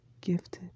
gifted